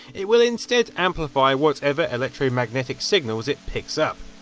it will instead amplify whatever electromagnetic signals it picks up.